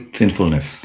sinfulness